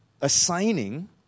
assigning